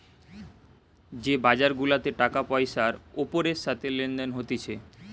যে বাজার গুলাতে টাকা পয়সার ওপরের সাথে লেনদেন হতিছে